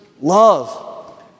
love